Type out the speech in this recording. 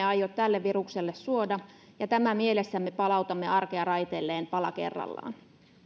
aio tälle virukselle suoda ja tämä mielessämme palautamme arkea raiteilleen pala kerrallaan